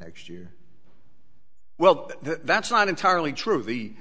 next year well that's not entirely true the